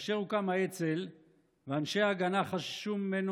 כאשר הוקם האצ"ל ואנשי ההגנה חששו ממנו,